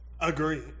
agree